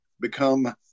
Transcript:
become